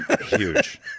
huge